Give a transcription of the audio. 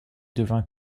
devint